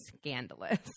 scandalous